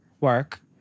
Work